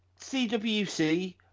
CWC